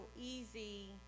easy